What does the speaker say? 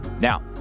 Now